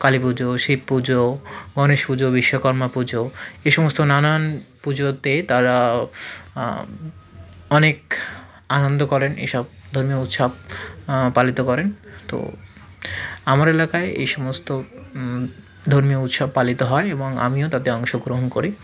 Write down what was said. কালী পুজো শিব পুজো গণেশ পুজো বিশ্বকর্মা পুজো এই সমস্ত নানা পুজোতে তারা অনেক আনন্দ করেন এইসব ধর্মীয় উৎসব পালিত করেন তো আমার এলাকায় এই সমস্ত ধর্মীয় উৎসব পালিত হয় এবং আমিও তাতে অংশগ্রহণ করি